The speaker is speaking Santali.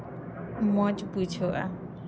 ᱢᱚᱡᱽ ᱵᱩᱡᱷᱟᱹᱜᱼᱟ